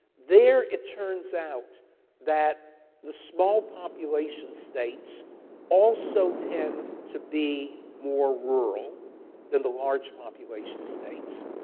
there, it turns out that the small population states also tend to be more rural than the large population states.